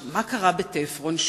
מה קרה ב"תפרון"?